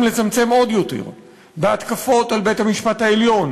לצמצם עוד יותר בהתקפות על בית-המשפט העליון,